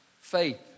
faith